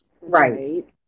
Right